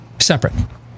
Separate